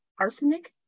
arsenic